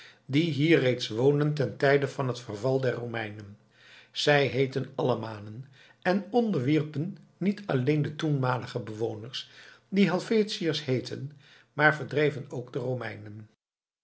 die hier reeds woonden ten tijde van het verval der romeinen zij heetten allemanen en onderwierpen niet alleen de toenmalige bewoners die helvetiërs heetten maar verdreven ook de romeinen